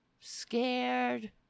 scared